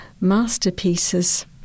masterpieces